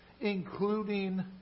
including